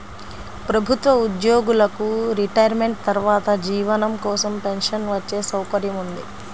ప్రభుత్వ ఉద్యోగులకు రిటైర్మెంట్ తర్వాత జీవనం కోసం పెన్షన్ వచ్చే సౌకర్యం ఉంది